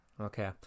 Okay